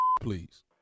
please